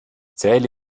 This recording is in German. zähle